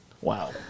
Wow